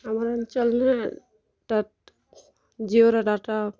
ଆମର ଅଞ୍ଚଲ୍ରେ ଜିଓର ଡାଟା